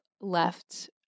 left